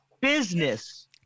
business